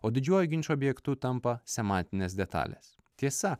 o didžiuoju ginčo objektu tampa semantinės detalės tiesa